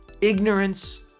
ignorance